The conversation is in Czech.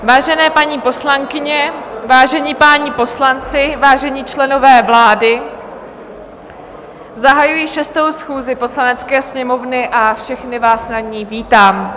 Vážené paní poslankyně, vážení páni poslanci, vážení členové vlády, zahajuji 6. schůzi Poslanecké sněmovny a všechny vás na ní vítám.